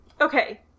Okay